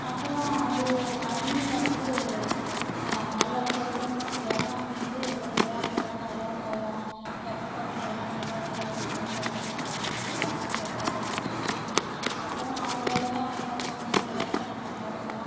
அப்புறம் அது எங்கள் அண்ணி வந்து நல்லா செய்யும் ஏன்னால் வந்து வேலைக்கெலாம் நல்லா போகும் எக்ஸ்போர்ட்லலாம் நல்லா வேலை செய்யும் தெறமை அது கொஞ்சம் காசு சேர்க்க ஆரம்பிச்சிச்சு அப்புறம் அவங்க லைஃப்பை அவங்க பார்த்துன்னு இருந்தாங்க எங்கள் லைஃப்பை நாங்கள் பார்துக்குன்னோம்